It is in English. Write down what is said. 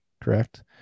correct